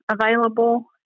available